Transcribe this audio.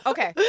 Okay